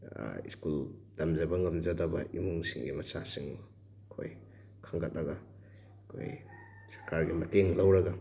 school ꯇꯝꯖꯕ ꯉꯝꯖꯗꯕ ꯏꯃꯨꯡꯁꯤꯡꯒꯤ ꯃꯆꯥꯁꯤꯡ ꯑꯩꯈꯣꯏ ꯈꯟꯒꯠꯂꯒ ꯑꯩꯈꯣꯏ ꯁꯔꯀꯥꯔꯒꯤ ꯃꯇꯦꯡ ꯂꯧꯔꯒ